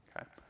okay